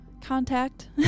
contact